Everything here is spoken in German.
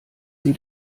sie